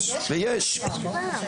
כבר.